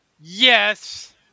Yes